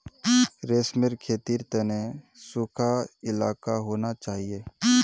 रेशमेर खेतीर तने सुखा इलाका होना चाहिए